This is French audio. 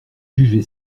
jugé